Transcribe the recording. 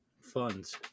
funds